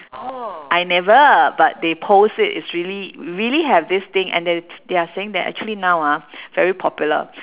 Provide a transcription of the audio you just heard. I never but they post it it's really really have this thing and that they are saying that actually now ah very popular